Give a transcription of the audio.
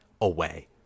away